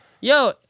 Yo